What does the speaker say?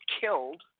killed